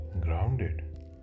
grounded